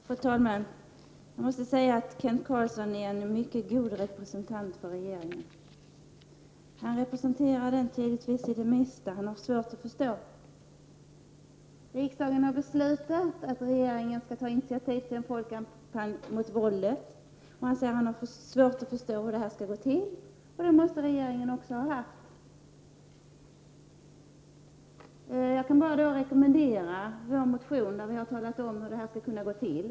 Fru talman! Kent Carlsson är en mycket god representant för regeringen. Han företräder givetvis regeringen i det mesta. Kent Carlsson har svårt att förstå att riksdagen har beslutat att regeringen skall ta initiativ till en folkkampanj mot våldet och han säger att han har svårt att inse hur detta skall gå till. Det måste regeringen också ha haft. Jag kan bara rekommendera vår motion, där vi har redogjort för hur detta skall kunna gå till.